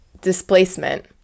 displacement